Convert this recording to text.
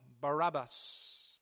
Barabbas